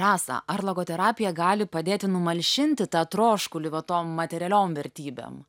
rasa ar logoterapija gali padėti numalšinti tą troškulį va tom materialiom vertybėm